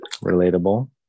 Relatable